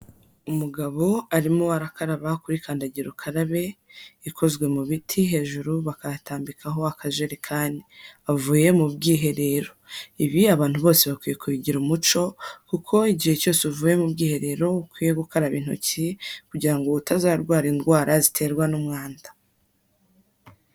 Umugabo arimo arakaraba kuri kandagira ukarabe ikozwe mu biti, hejuru bakahatambikaho akajerekani. Bavuye mu bwiherero, ibi abantu bose bakwiye kubigira umuco kuko igihe cyose uvuye mu bwiherero ukwiye gukaraba intoki, kugira ngo utazarwara indwara ziterwa n'umwanda.